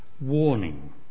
warning